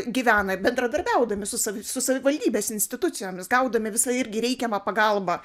gyvena bendradarbiaudami su su savivaldybės institucijomis gaudami visą irgi reikiamą pagalbą